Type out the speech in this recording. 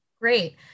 Great